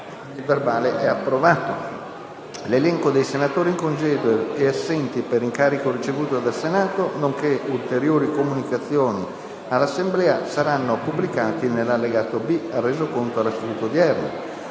nuova finestra"). L'elenco dei senatori in congedo e assenti per incarico ricevuto dal Senato, nonché ulteriori comunicazioni all'Assemblea saranno pubblicati nell'allegato B al Resoconto della seduta odierna.